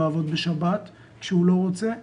תעזבי שנייה את השבת, נעשה על זה דיון נפרד.